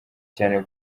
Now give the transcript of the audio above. cyane